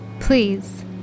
please